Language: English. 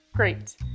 Great